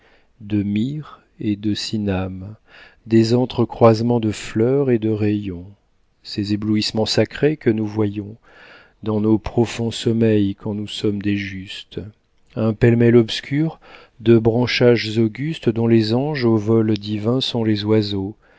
de myrrhe et de cinname des entre croisements de fleurs et de rayons ces éblouissements sacrés que nous voyons dans nos profonds sommeils quand nous sommes des justes un pêle-mêle obscur de branchages augustes dont les anges au vol divin sont les oiseaux